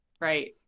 Right